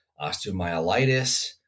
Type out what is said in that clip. osteomyelitis